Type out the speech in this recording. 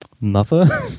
Mother